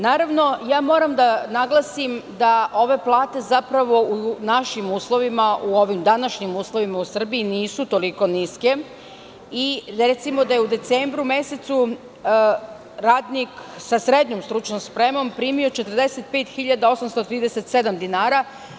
Naravno, moram da naglasim da ove plate, zapravo u našim uslovima, u ovim današnjim uslovima u Srbiji nisu toliko niske, recimo da je u decembru mesecu radnik sa SSS primio 45.837. dinara.